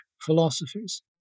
philosophies